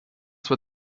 sua